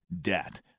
debt